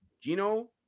Gino